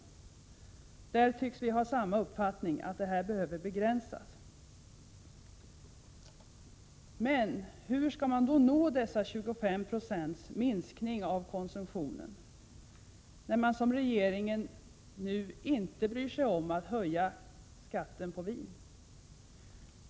Att dessa behöver begränsas tycks vi ha samma uppfattning om. Men hur skall vi kunna nå en minskning på 25 90 av konsumtionen, om inte regeringen höjer skatten på vin?